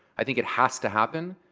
i think it has to happen,